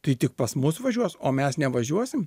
tai tik pas mus važiuos o mes nevažiuosim